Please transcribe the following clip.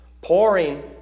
pouring